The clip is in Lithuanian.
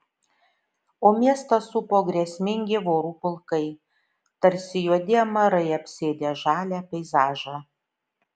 o miestą supo grėsmingi vorų pulkai tarsi juodi amarai apsėdę žalią peizažą